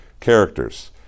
characters